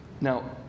Now